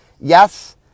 Yes